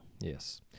yes